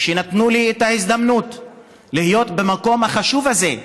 שנתנו לי את ההזדמנות להיות במקום החשוב הזה.